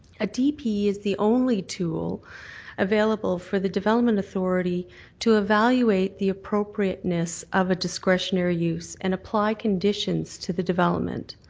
a dp is the only tool available for the development authority to evaluate the appropriateness of a discretionary use and apply conditions to the development.